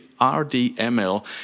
RDML